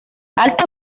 alta